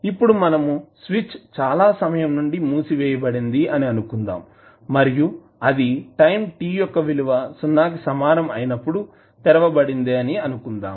ఇప్పుడుమనము switch చాలా సమయం నుండి మూసివేయబడింది అని అనుకుందాం మరియు అది టైం t యొక్క విలువ 0 కి సమానం అయినప్పుడు తెరవబడింది అని అనుకుందాము